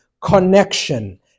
connection